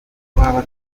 twaba